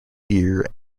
deer